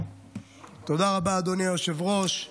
אדוני היושב-ראש.